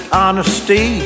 honesty